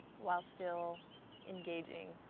while still engaging